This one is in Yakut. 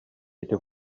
ити